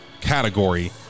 category